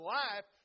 life